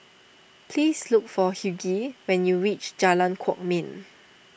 please look for Hughie when you reach Jalan Kwok Min